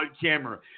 camera